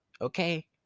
Okay